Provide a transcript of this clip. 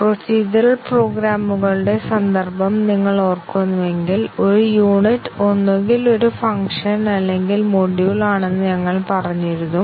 procedural പ്രോഗ്രാമുകളുടെ സന്ദർഭം നിങ്ങൾ ഓർക്കുന്നുവെങ്കിൽ ഒരു യൂണിറ്റ് ഒന്നുകിൽ ഒരു ഫംഗ്ഷൻ അല്ലെങ്കിൽ മൊഡ്യൂൾ ആണെന്ന് ഞങ്ങൾ പറഞ്ഞിരുന്നു